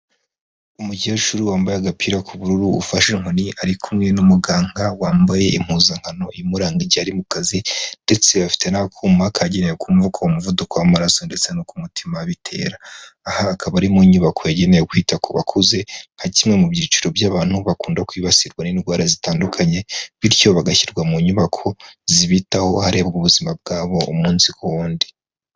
Umukecuru wambaye agapira k'ubururu ufashe inkoni ari kumwe n'umuganga wambaye impuzankano imuranga igihe ari mu kazi ndetse afite n'akuma kagenewe kumva ko umuvuduko w'amaraso ndetse no ku mutima bitera, aha akaba ari mu nyubako yagenewe gu kwita ku bakuze nka kimwe mu byiciro by'abantu bakunda kwibasirwa n'indwara zitandukanye bityo bagashyirwa mu nyubako zibitaho harebwa ubuzima bwabo umunsi ku wundi.